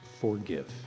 forgive